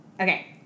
Okay